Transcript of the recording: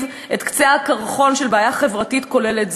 את קצה הקרחון של בעיה חברתית כוללת זו,